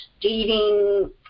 dating